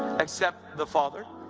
except the father,